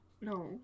No